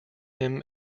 him